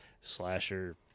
slasher